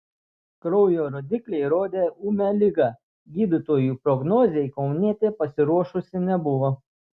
kraujo rodikliai rodė ūmią ligą gydytojų prognozei kaunietė pasiruošusi nebuvo